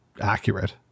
accurate